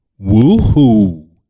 woohoo